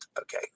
Okay